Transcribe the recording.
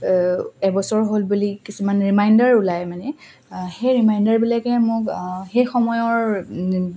এবছৰ হ'ল বুলি কিছুমান ৰিমাইণ্ডাৰ ওলায় মানে সেই ৰিমাইণ্ডাৰবিলাকে মোক সেই সময়ৰ